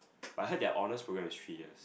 I heard their honours programme is three years